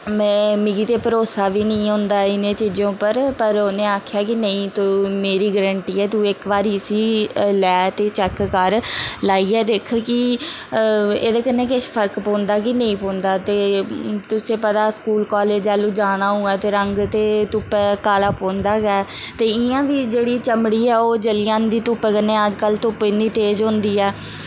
में मिगी ते भरोसा बी नी होंदा एह् नेही चीज़ें उप्पर फर उ'नें आखेआ कि नेईं तूं मेरी गरैंटी ऐ तूं इक बारी इसी लै ते चैक कर लाइयै दिक्ख कि एह्दे कन्नै किश फर्क पौंदा कि नेईं पौंदा ते तुसें पचा स्कूल कालेज़ जाना होऐ ते रंग ते धुप्पै काला पौंदा गै ते इ'यां बी जेह्ड़ी चमड़ी ऐ ओह् जली जंदी धुप्पै कन्नै अज्जकल धुप्प इन्नी तेज़ होंदी ऐ